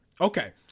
Okay